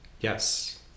yes